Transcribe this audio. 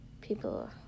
People